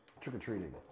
trick-or-treating